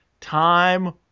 Time